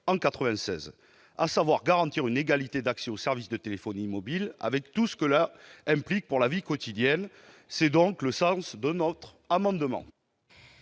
en 1996, à savoir garantir une égalité d'accès aux services de téléphonie mobile, avec tout ce que cela implique pour la vie quotidienne. La parole est à Mme Angèle